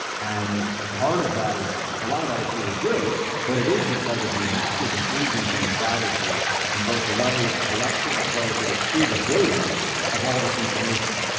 and part of that a ah lot of that is really good, but it is because of the massive intrusions into privacy and both the level of collection as well as the retrievability of all this information.